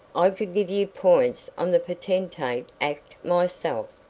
i could give you points on the potentate act myself.